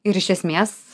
ir iš esmės